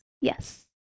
Yes